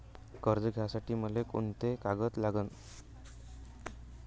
कर्ज घ्यासाठी मले कोंते कागद लागन?